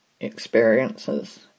experiences